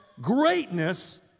greatness